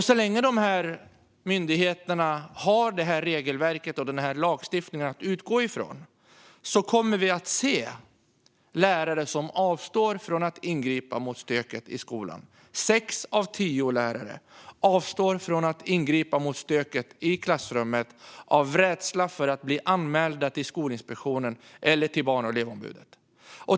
Så länge myndigheterna har detta regelverk och denna lagstiftning att utgå från kommer vi att se lärare som avstår från att ingripa mot stöket i skolan. Sex av tio lärare avstår från att ingripa mot stöket i klassrummet av rädsla för att bli anmälda till Skolinspektionen eller till Barn och elevombudet.